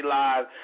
live